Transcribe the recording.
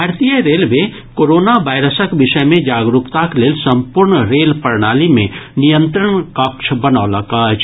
भारतीय railway corona वायरसक विषय मे जागरूकताक लेल संपूर्ण रेल प्रणाली मे नियंत्रण कक्ष बनौलक अछि